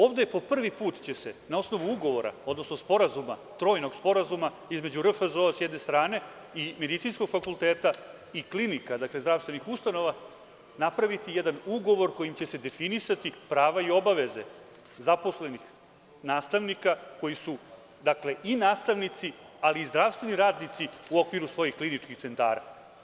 Ovde će se po prvi put na osnovu ugovora, odnosno trojnog sporazuma - između RFZO, s jedne strane, i medicinskog fakulteta i klinika, dakle, zdravstvenih ustanova, napraviti jedan ugovor kojim će se definisati prava i obaveze zaposlenih nastavnika koji su i nastavnici, ali i zdravstveni radnici u okviru svojih kliničkih centara.